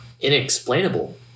inexplainable